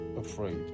afraid